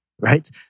right